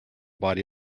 body